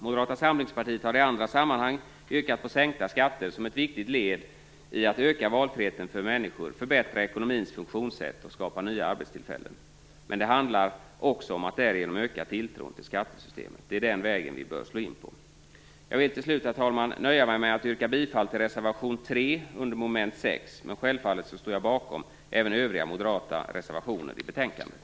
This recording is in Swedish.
Moderata Samlingspartiet har i andra sammanhang yrkat på sänkta skatter som ett viktigt led i att öka valfriheten för människor, förbättra ekonomins funktionssätt och skapa nya arbetstillfällen. Men det handlar också om att därigenom öka tilltron till skattesystemet. Det är den vägen vi bör slå in på. Jag vill till slut, herr talman, nöja mig med att yrka bifall till reservation 3 under moment 6, men jag står självfallet även bakom övriga moderata reservationer i betänkandet.